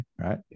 right